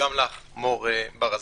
וגם לך מור ברזני.